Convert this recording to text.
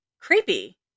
creepy